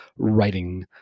Writing